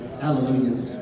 Hallelujah